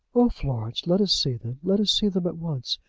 oh, florence, let us see them let us see them at once.